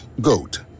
GOAT